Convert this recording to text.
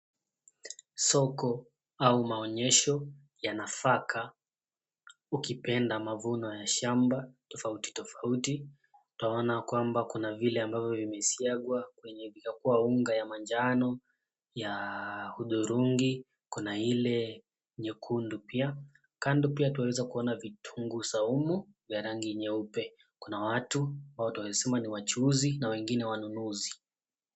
Soko au maonyesho ya nafaka, ukipenda mavuno ya shamba tofauti tofauti, utaona kwamba kuna vile ambavyo vimesagwa kwenye vikakua unga vya rangi ya manjano na ya udhurungi. Kuna ile nyekundu pia, kando tunaweza kuona vitunguu saumu vya rangi nyeupe. Kuna watu, au tunaweza kusema ni wachuuzi na wengine wanunuzi.